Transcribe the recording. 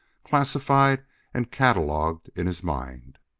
classified and catalogued in his mind.